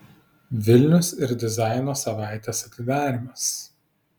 vilnius ir dizaino savaitės atidarymas